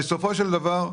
בסופו של דבר,